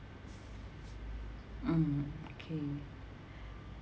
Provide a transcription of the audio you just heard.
mm okay